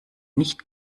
nicht